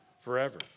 forever